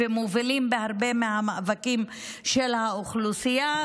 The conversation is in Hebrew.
המובילים הרבה מהמאבקים של האוכלוסייה,